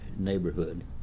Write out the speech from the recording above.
neighborhood